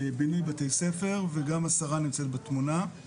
לבינוי בתי ספר וגם השרה נמצאת בתמונה.